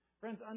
Friends